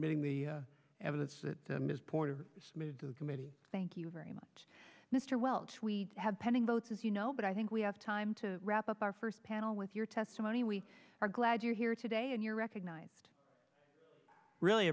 meeting the evidence that ms porter moved to committee thank you very much mr welch we have pending votes as you know but i think we have time to wrap up our first panel with your testimony we are glad you're here today and your recognized really